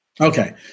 Okay